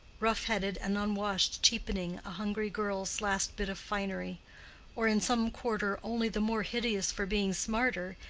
rough-headed, and unwashed, cheapening a hungry girl's last bit of finery or in some quarter only the more hideous for being smarter,